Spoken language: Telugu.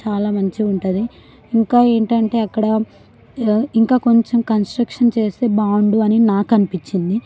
చాలా మంచిగా ఉంటుంది ఇంకా ఏంటంటే అక్కడ ఇంకా కొంచెం కంస్ట్రక్షన్ చేస్తే బాగుండు అని నాకు అనిపించింది